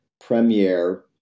premiere